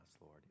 Lord